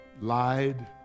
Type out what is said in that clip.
lied